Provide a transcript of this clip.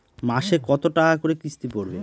মাসে কত টাকা করে কিস্তি পড়বে?